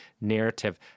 narrative